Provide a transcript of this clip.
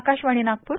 Akashvani Nagpur